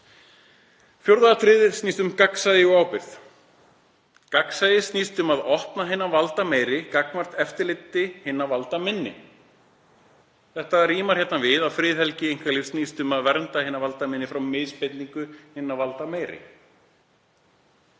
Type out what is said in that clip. Fjórða atriðið snýst um gagnsæi og ábyrgð. Gagnsæi snýst um að opna hina valdameiri gagnvart eftirliti hinna valdaminni. Þetta rímar við að friðhelgi einkalífsins snýst um að vernda hina valdaminni frá misbeitingu hinna valdameiri.